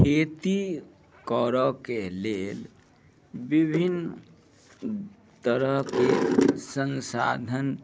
खेती करऽके लेल विभिन्न तरहके संसाधन